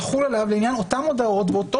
יחול עליו - לעניין אותן הודעות ואותו